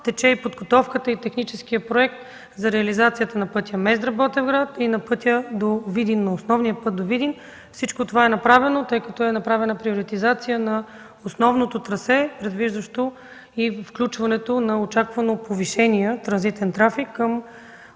Тече подготовката и техническият проект за реализацията на пътя Мездра – Ботевград и на основния път до Видин. Всичко това е направено, тъй като е направена приоритизация на основното трасе, предвиждащо и включването на очаквания повишен транзитен трафик към